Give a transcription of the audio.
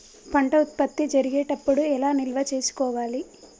పంట ఉత్పత్తి జరిగేటప్పుడు ఎలా నిల్వ చేసుకోవాలి?